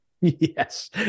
Yes